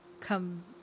come